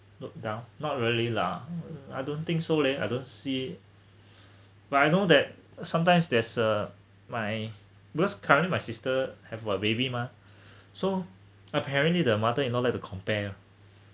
look down not really lah I don't think so leh I don't see but I know that sometimes there's a my most currently my sister have what baby mah so apparently the mother in all to compare